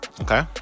Okay